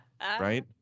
right